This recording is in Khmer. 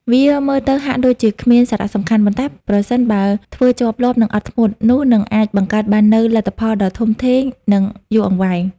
វាមើលទៅហាក់ដូចជាគ្មានសារៈសំខាន់ ប៉ុន្តែប្រសិនបើធ្វើជាប់លាប់ និងអត់ធ្មត់ នោះនឹងអាចបង្កើតបាននូវ លទ្ធផលដ៏ធំធេង និងយូរអង្វែង។